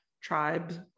tribes